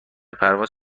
پرواز